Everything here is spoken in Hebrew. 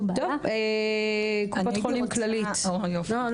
קופת חולים כללית, בבקשה.